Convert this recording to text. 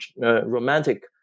romantic